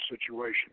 situation